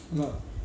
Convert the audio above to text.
ya